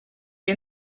est